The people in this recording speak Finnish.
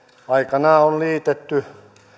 aikanaan on liitetty